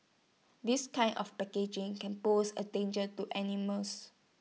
this kind of packaging can pose A danger to animals